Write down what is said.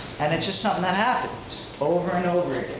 and it's just something that happens over and over